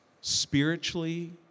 spiritually